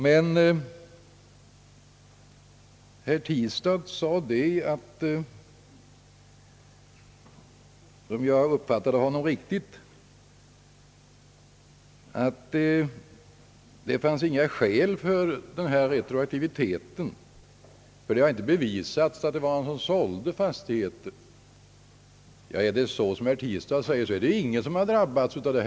Men om jag uppfattade herr Tistad riktigt, ansåg han att det inte fanns några skäl för denna retroaktivitet, ty det har inte bevisats att det var några som under den tid som avsågs sålt sina fastigheter. Om detta är riktigt, är det ju ingen som drabbats av denna lagändring.